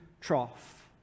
trough